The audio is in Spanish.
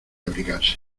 abrigarse